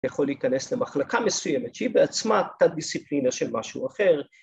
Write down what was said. ‫יכול להיכנס למחלקה מסוימת ‫שהיא בעצמה תת דיסציפלינה של משהו אחר.